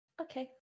Okay